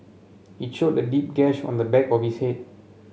it showed a deep gash on the back of his head